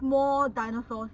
small dinosaurs